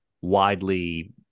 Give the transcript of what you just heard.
widely